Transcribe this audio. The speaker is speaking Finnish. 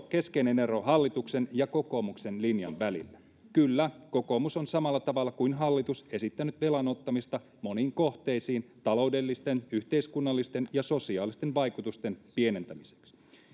keskeinen ero hallituksen ja kokoomuksen linjan välillä kyllä kokoomus on samalla tavalla kuin hallitus esittänyt velan ottamista moniin kohteisiin taloudellisten yhteiskunnallisten ja sosiaalisten vaikutusten pienentämiseksi